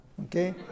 okay